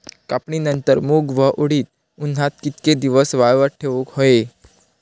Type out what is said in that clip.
कापणीनंतर मूग व उडीद उन्हात कितके दिवस वाळवत ठेवूक व्हये?